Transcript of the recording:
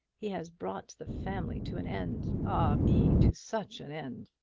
he has brought the family to an end ah me, to such an end!